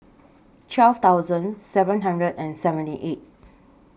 twelve thousand seven hundred and seventy eight